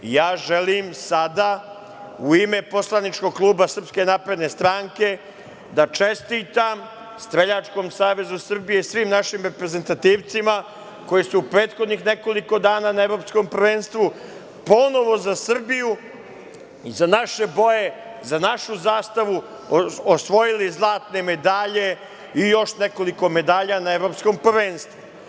Ja želim sada u ime poslaničkog kluba SNS da čestitam Streljačkom savezu Srbije i svim našim reprezentativcima koji su u prethodnih nekoliko dana na evropskom prvenstvu ponovo za Srbiju, za naše boje, za našu zastavu osvojili zlatne medalje i još nekoliko medalja na evropskom prvenstvu.